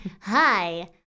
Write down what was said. hi